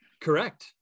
correct